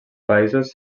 països